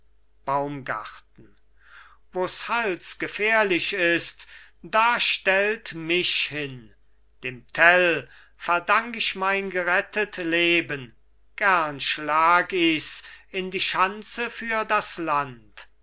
baumgarten wo's halsgefährlich ist da stellt mich hin dem tell verdank ich mein gerettet leben gern schlag ich's in die schanze für das land